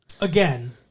Again